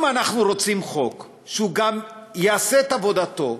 אם אנחנו רוצים חוק שהוא גם יעשה את עבודתו,